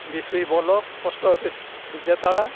ᱵᱤᱥᱳᱭ block post office Bijetara